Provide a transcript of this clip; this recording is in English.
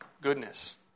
goodness